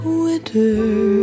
winter